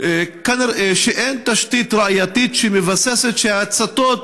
שכנראה אין תשתית ראייתית שמבססת שההצתות,